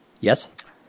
Yes